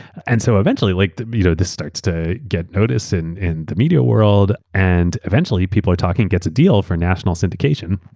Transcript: and so eventually, like you know this starts to get noticed and in the media world. and eventually, people are talking, gets a deal for national syndication,